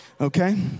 Okay